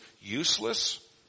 useless